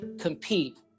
compete